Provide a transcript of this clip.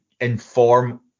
inform